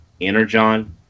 Energon